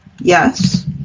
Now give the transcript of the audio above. yes